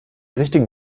richtigen